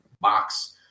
box